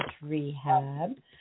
Rehab